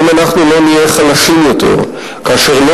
אם אנחנו לא נהיה חלשים יותר כאשר לא